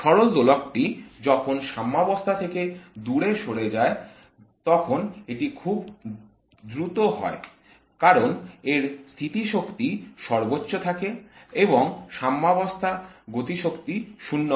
সরল দোলকটি যখন সাম্যবস্থা থেকে দূরে সরে যায় তখন এটি খুব দ্রুত হয় কারণ এর স্থিতি শক্তি সর্বোচ্চ থাকে এবং সাম্যবস্থায় গতিশক্তি 0 হয়